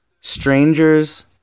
Strangers